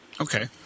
Okay